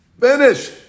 Finish